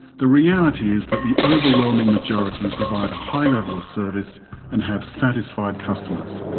the reality is that the overwhelming majority provide a high level of service and have satisfied customers.